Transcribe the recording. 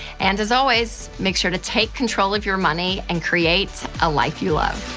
and as always, make sure to take control of your money and create a life you love.